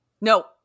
No